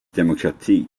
demokrati